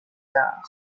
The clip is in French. tard